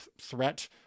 threat